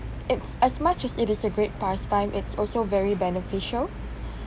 it's as much as it is a great pastime it's also very beneficial